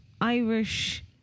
Irish